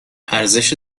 ارزش